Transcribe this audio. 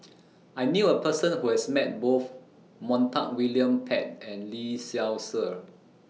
I knew A Person Who has Met Both Montague William Pett and Lee Seow Ser